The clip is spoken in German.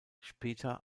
später